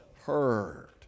heard